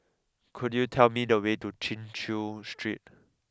could you tell me the way to Chin Chew Street